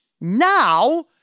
now